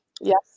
Yes